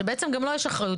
שבעצם גם לו יש אחריות.